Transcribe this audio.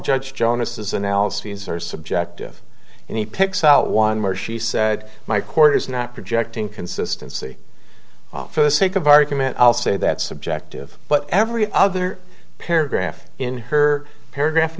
judge jonas's analyses are subjective and he picks out one more she said my court is not projecting consistency for the sake of argument i'll say that subjective but every other paragraph in her paragraph